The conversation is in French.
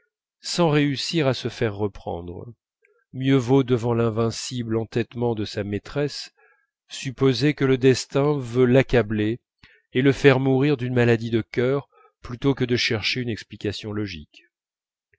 sans réussir à se faire reprendre mieux vaut devant l'invincible entêtement de sa maîtresse supposer que le destin veut l'accabler et le faire mourir d'une maladie de cœur plutôt que de chercher une explication logique